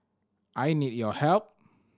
I need your help